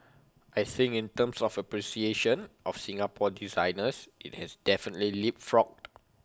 I think in terms of appreciation of Singapore designers IT has definitely leapfrogged